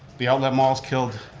the outlet malls killed